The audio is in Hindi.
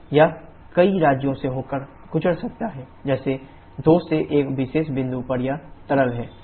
यह कई राज्यों से होकर गुजर सकता है जैसे 2 से इस विशेष बिंदु पर यह तरल है